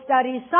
studies